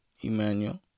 Emmanuel